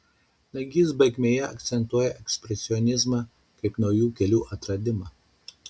nagys baigmėje akcentuoja ekspresionizmą kaip naujų kelių atradimą